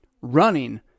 running